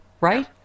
right